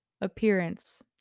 appearance